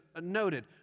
noted